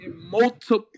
multiple